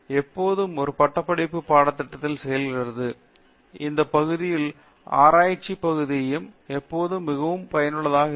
எப்போதும் ஒரு பட்டப்படிப்பு பாடத்திட்டத்திற்கு செல்கிறது எந்த ஒரு பகுதியிலும் ஆராய்ச்சிப் பகுதியையும் எப்போதும் மிகவும் பயனுள்ளதாக இருக்கும்